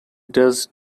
does